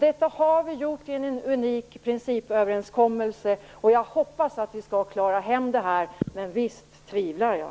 Det har vi gjort i en unik principöverenskommelse. Jag hoppas att vi klarar hem det här, men visst tvivlar jag.